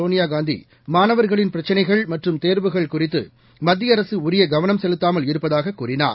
சோனியா காந்தி மாணவர்களின் பிரச்சினைகள் மற்றம் தேர்வுகள் குறித்து மத்திய அரசு உரிய கவனம் செலுத்தாமல் இருப்பதாக கூறினார்